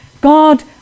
God